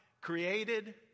created